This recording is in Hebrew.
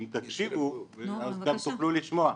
אם תקשיבו אז גם תוכלו לשמוע.